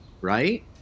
right